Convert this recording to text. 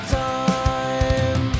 time